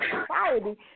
society